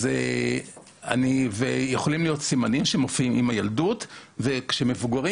אז יכולים להיות סימנים שמופיעים עם הילדות וכשהילדים מתבגרים,